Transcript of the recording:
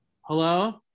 Hello